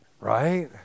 Right